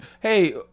Hey